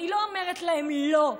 אני לא אומרת להם: לא,